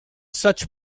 such